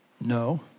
No